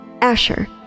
Asher